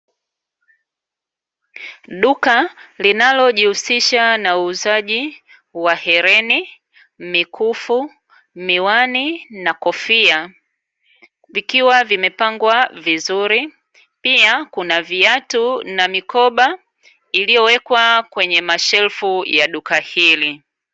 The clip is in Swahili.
Duka linalojihusisha na uuzaji wa hereni, mikufu, miwani na kofia, vikiwa vimepangwa vizuri, pia kuna viatu na mikoba iliyowekwa kwenye mashelfu ya duka hili.